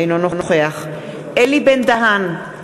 אינו נוכח אלי בן-דהן,